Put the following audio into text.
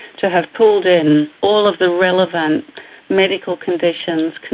to have pulled in all of the relevant medical conditions,